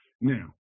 Now